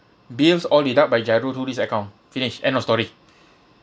bills all deduct by giro through this account finish end of story